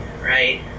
right